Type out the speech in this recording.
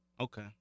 Okay